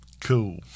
cool